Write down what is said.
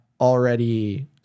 already